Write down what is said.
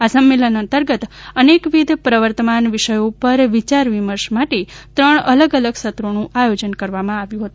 આ સંમેલન અતંગત અનકેવિધ પ્રવર્તમાન વિષયો ઉપર વિયારવિમર્શ માટે ત્રણ અલગ અલગ સત્રોનું આયોજન કરવામાં આવ્યુ છે